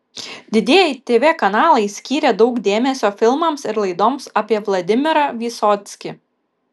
didieji tv kanalai skyrė daug dėmesio filmams ir laidoms apie vladimirą vysockį